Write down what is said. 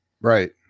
Right